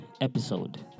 episode